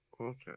Okay